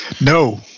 No